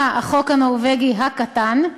המכונה "החוק הנורבגי הקטן",